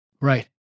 Right